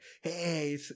hey